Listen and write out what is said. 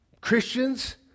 Christians